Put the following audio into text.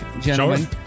gentlemen